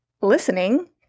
listening